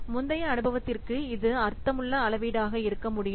முந்தைய அனுபவத்திற்கு இது அர்த்தமுள்ள அளவீடாக இருக்கமுடியும்